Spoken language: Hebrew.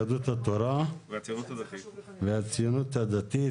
יהדות התורה והציונות הדתית,